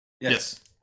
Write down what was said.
Yes